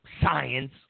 science